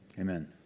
Amen